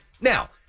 Now